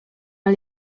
ale